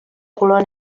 color